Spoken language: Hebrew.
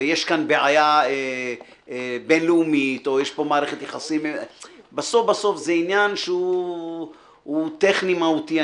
ויש כאן בעיה בין-לאומית בסוף בסוף זה עניין שהוא טכני מהותי,